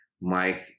Mike